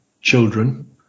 children